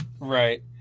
Right